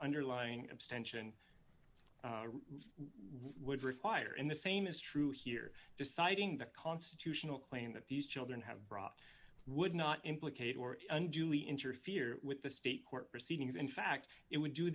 underlying abstention require in the same is true here deciding the constitutional claim that these children have brought would not implicate or unduly interfere with the state court proceedings in fact it would do